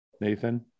Nathan